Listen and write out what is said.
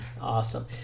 Awesome